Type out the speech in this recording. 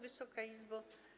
Wysoka Izbo!